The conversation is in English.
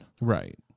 Right